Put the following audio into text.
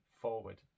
Forward